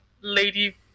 lady